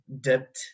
dipped